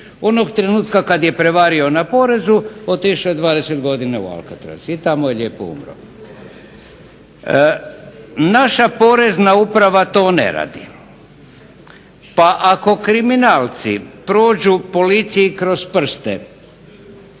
Onog trenutka kada je prevario na porezu otišao je 20 godina u Alcatraz i tamo je lijepo umro. Naša Porezna uprava to ne radi. Pa ako kriminalci prođu policiji kroz prste,